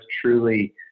truly